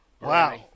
Wow